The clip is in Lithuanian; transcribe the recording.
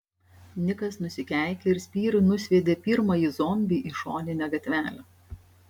nikas nusikeikė ir spyriu nusviedė pirmąjį zombį į šoninę gatvelę